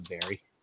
Barry